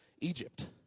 Egypt